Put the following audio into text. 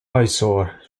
eyesore